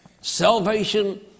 Salvation